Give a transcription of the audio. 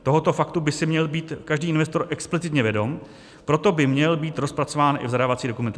Tohoto faktu by si měl být každý investor explicitně vědom, proto by měl být rozpracován i v zadávací dokumentaci.